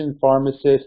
pharmacist